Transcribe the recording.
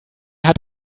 hat